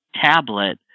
tablet